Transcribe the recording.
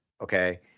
Okay